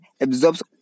absorbs